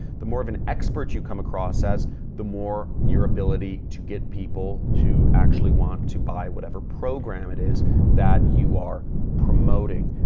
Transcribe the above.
the more of an expert you come across as the more your ability to get people to actually want to buy whatever program it is that you are promoting.